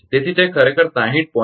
તેથી તે ખરેખર 60